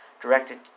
directed